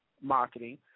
marketing